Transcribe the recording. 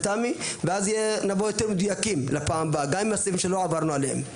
ואז נבוא יותר מדויקים לפעם הבאה גם עם הסעיפים שלא עברנו עליהם.